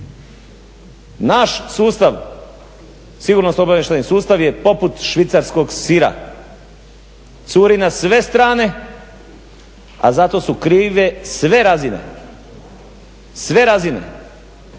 Naš sigurnosno-obavještajni sustav je poput švicarskog sira, curi na sve strane, a za to su krive sve razine. I nakon